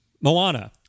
Moana